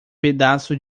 pedaço